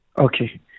Okay